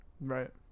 Right